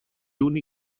uni